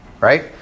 Right